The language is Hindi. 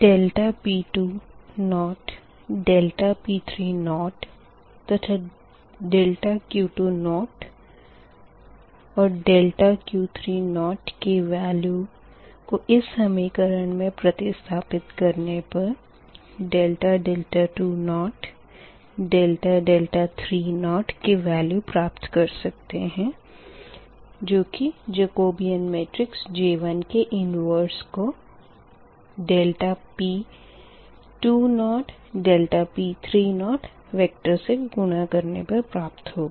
∆P20 ∆P30 तथा ∆Q20 and ∆Q30 की वेल्यू को इस समीकरण मे प्रतिस्थपित करने पर ∆20 ∆30 की वेल्यू प्राप्त कर सकते है जो की जकोबीयन मेट्रिक्स J1 के इनवर्स को ∆P20 ∆P30 वेक्टर से गुणा करने पर प्राप्त होगा